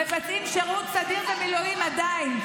מבצעים שירות סדיר במילואים עדיין,